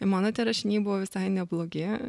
mano tie rašiniai buvo visai neblogi